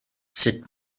sut